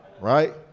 right